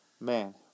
man